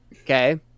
okay